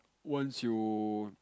once you